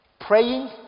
praying